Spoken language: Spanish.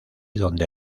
donde